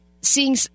seeing